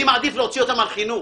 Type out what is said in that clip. אני מעדיף להוציא אותם על חינוך,